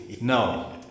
No